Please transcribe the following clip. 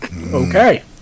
okay